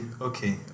okay